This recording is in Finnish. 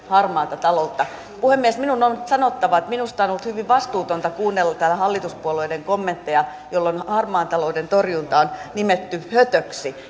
harmaata taloutta puhemies minun on sanottava että minusta on ollut hyvin vastuutonta kuunnella täällä hallituspuolueiden kommentteja joissa harmaan talouden torjunta on nimetty hötöksi